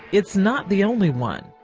it's not the only one.